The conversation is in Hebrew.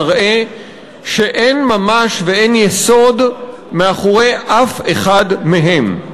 מראה שאין ממש ואין יסוד מאחורי אף אחד מהם.